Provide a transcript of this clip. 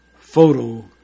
photo